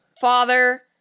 Father